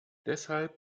deshalb